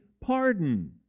pardon